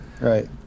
Right